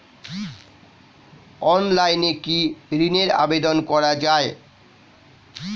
অনলাইনে কি ঋনের আবেদন করা যায়?